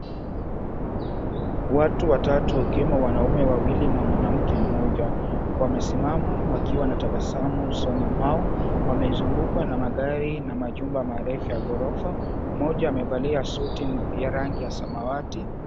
Watu watatu, wakiwemo wanaume wawili na mwanamke mmoja, wamesimama wakiwa na tabasamu usoni mwao. Wamezungukwa na magari na majumba marefu ya ghorofa. Mmoja amevalia suti ya rangi ya samawati.